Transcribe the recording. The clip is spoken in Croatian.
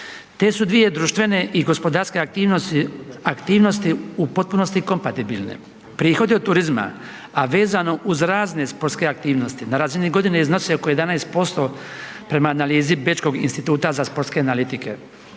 Te su dvije društvene i gospodarske aktivnosti u potpunosti kompatibilne. Prihodi od turizma a vezano uz razne sportske aktivnosti na razini godine iznosi oko 11% prema analizi bečkog Instituta za sportske analitike.